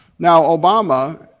now obama,